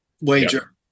wager